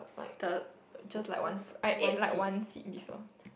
the I just like one fru~ I ate like one seed before